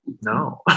no